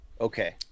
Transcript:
okay